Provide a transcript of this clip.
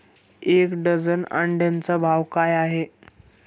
एक डझन अंड्यांचा भाव काय आहे?